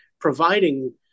providing